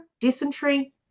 dysentery